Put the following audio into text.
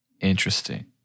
Interesting